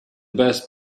best